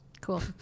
Cool